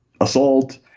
assault